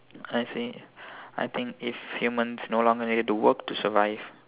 I think I think if humans no longer needed to work to survive